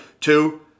Two